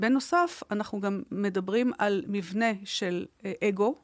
בנוסף אנחנו גם מדברים על מבנה של אגו.